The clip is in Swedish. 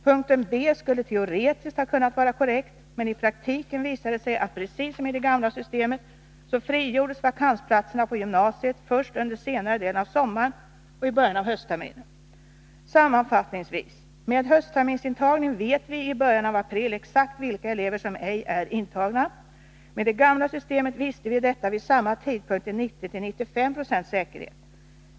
Punkten B skulle teoretiskt ha kunnat vara korrekt men i praktiken visade det sig att precis som i det gamla systemet så frigjordes vakansplatserna på gymnasiet först under senare delen av sommaren och i början av höstterminen. Sammanfattningsvis: Med ht-intagning vet vi i början av april exakt vilka elever som ej är intagna. Med det gamla systemet visste vi detta vid samma 63 tidpunkt med 90-95 96 säkerhet.